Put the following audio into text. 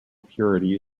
purity